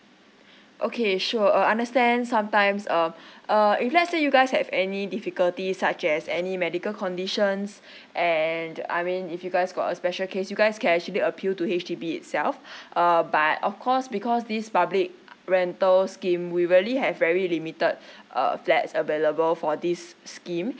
okay sure uh understand sometimes uh uh if let's say you guys have any difficulties such as any medical conditions and I mean if you guys got a special case you guys can actually appeal to H_D_B itself uh but of course because this public rental scheme we really have very limited uh flats available for this scheme